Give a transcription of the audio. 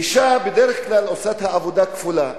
אשה בדרך כלל עושה עבודה כפולה.